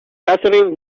catherine